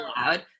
loud